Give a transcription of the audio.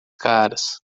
caras